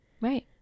right